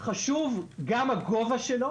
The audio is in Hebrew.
חשוב גם הגובה שלו